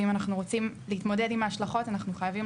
ואם אנחנו רוצים להתמודד עם ההשלכות אנחנו חייבים